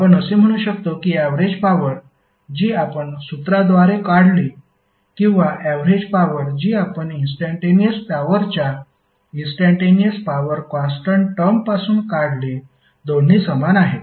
आपण असे म्हणू शकतो की ऍवरेज पॉवर जी आपण सूत्राद्वारे काढली किंवा ऍवरेज पॉवर जी आपण इंस्टंटेनिअस पॉवरच्या इंस्टंटेनिअस पॉवर कॉन्स्टन्ट टर्मपासून काढली दोन्ही समान आहेत